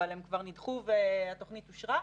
אבל הן כבר נידחו והתוכנית אושרה?